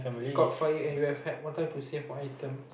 caught fire and you have had one time to save one item